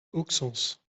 auxances